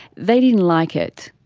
they didn't like it.